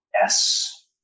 Yes